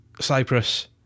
Cyprus